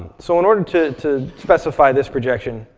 so in order to to specify this projection,